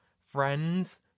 friends